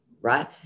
Right